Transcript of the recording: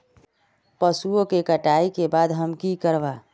पशुओं के कटाई के बाद हम की करवा?